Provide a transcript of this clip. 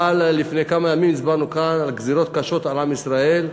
אבל לפני כמה ימים הצבענו כאן על גזירות קשות על עם ישראל,